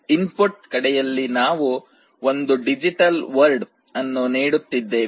input ಕಡೆಯಲ್ಲಿ ನಾವು ಒಂದು ಡಿಜಿಟಲ್ ವರ್ಡ್ ಅನ್ನು ನೀಡುತ್ತಿದ್ದೇವೆ